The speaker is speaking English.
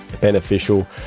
beneficial